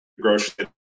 grocery